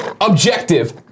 objective